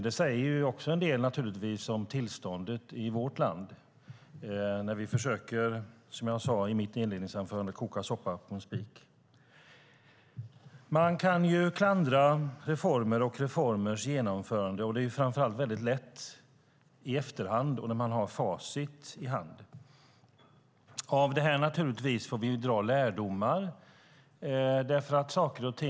Det säger naturligtvis också en del om tillståndet i vårt land när vi, som jag sade i mitt inledningsanförande, försöker koka soppa på en spik. Man kan klandra reformer och reformers genomförande. Framför allt är det väldigt lätt att göra det i efterhand, med facit i hand. Av det här får vi naturligtvis dra lärdom.